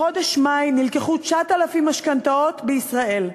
בחודש מאי נלקחו 9,000 משכנתאות בישראל,